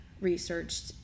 researched